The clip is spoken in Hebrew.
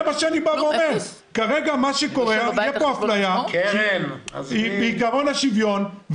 כרגע יש פה אפליה בעיקרון השוויון.